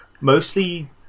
Mostly